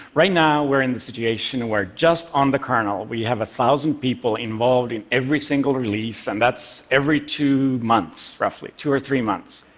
right now we're in the situation where just on the kernel, we have one thousand people involved in every single release and that's every two months, roughly two or three months.